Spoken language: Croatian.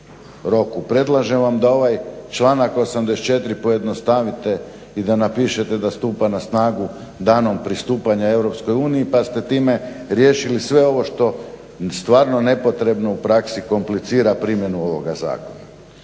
roku, predlažem vam da ovaj članak 84. pojednostavite i da napišete da stupa na snagu danom pristupanja EU pa ste time riješili sve ovo što stvarno nepotrebno u praksi komplicira primjenu ovoga zakona.